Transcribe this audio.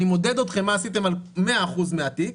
אני מודד אתכם מה עשיתם על 100% מהתיק,